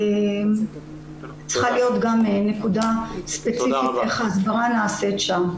צריכה להיות נקודה ספציפית איך נעשית שם ההסברה.